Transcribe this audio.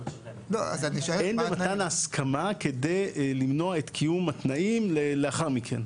אין במתן ההסכמה כדי למנוע את קיום התנאים לאחר מכן.